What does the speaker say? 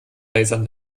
lasern